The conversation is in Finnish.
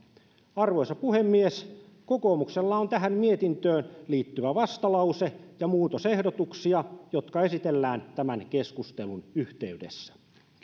arvoisa puhemies kokoomuksella on tähän mietintöön liittyvä vastalause ja muutosehdotuksia jotka esitellään tämän keskustelun yhteydessä